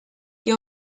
que